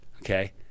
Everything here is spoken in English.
okay